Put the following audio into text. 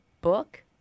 book